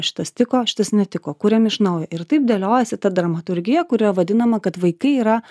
šitas tiko šitas netiko kuriam iš naujo ir taip dėliojasi ta dramaturgija kuri vadinama kad vaikai yra